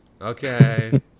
okay